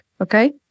Okay